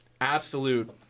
absolute